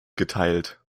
geteilt